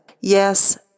Yes